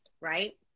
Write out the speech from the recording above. right